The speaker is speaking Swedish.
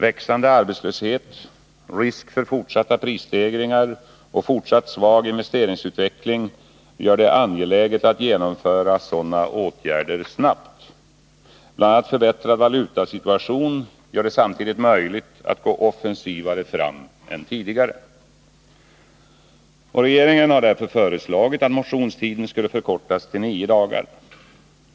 Växande arbetslöshet, risk för fortsatta prisstegringar och fortsatt svag investeringsutveckling gör det angeläget att genomföra sådana åtgärder snabbt. Bl.a. en förbättrad valutasituation gör det samtidigt möjligt att gå mer offensivt fram än tidigare. Regeringen har därför föreslagit att motionstiden skall förkortas till nio dagar.